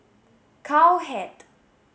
cow head